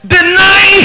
Deny